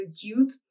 cute